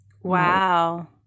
Wow